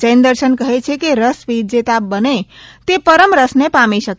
જૈન દર્શન કહે છે કે રસ વિજેતા બને તે પરમ રસને પામી શકે